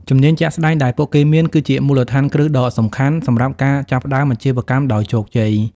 ជំនាញជាក់ស្តែងដែលពួកគេមាន គឺជាមូលដ្ឋានគ្រឹះដ៏សំខាន់សម្រាប់ការចាប់ផ្តើមអាជីវកម្មដោយជោគជ័យ។